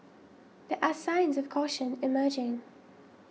there are signs of caution emerging